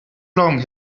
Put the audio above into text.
long